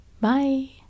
Bye